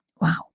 Wow